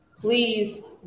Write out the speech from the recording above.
please